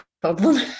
problem